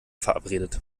verabredet